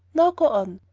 now go on.